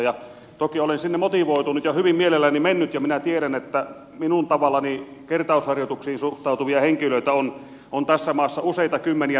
toki olen sinne motivoitunut ja hyvin mielelläni mennyt ja minä tiedän että minun tavallani kertausharjoituksiin suhtautuvia henkilöitä on tässä maassa useita kymmeniätuhansia